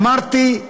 אמרתי: